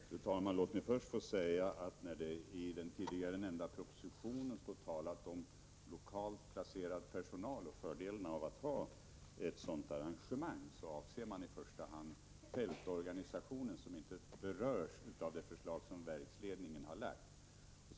Fru talman! Låt mig först få säga att när det i den tidigare nämnda propositionen står talat om lokalt placerad personal och fördelen av att ha ett sådant arrangemang avses i första hand fältorganisationen, som inte berörs av det förslag som verksledningen har lagt fram.